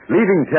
Leaving